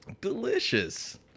Delicious